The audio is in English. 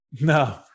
No